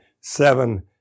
seven